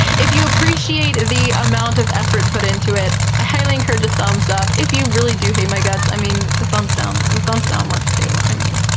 if you appreciate the amount of effort put into it, i highly encourage a thumbs up. if you really do hate my guts, i mean, the thumbs down, the thumbs down works, too. i mean.